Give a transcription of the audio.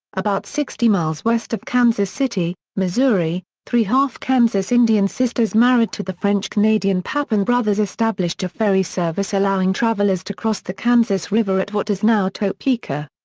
about sixty miles west of kansas city, missouri, three half kansas indian sisters married to the french-canadian pappan brothers established a ferry service allowing travelers to cross the kansas river at what is now topeka.